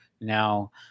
now